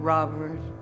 Robert